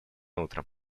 утром